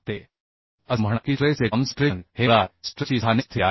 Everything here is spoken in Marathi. दुसरे म्हणजे जेव्हा भूमितीच्या गुणधर्मांमध्ये काही बदल होतात तेव्हा स्ट्रेस कॉन्सनट्रेशन असते